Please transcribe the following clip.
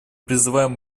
призываем